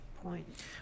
point